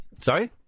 Sorry